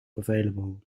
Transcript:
available